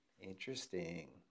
Interesting